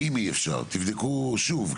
תבדקו שוב.